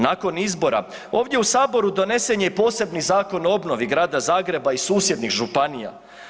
Nakon izbora ovdje u saboru donesen je i posebni Zakon o obnovi Grada Zagreba i susjednih županija.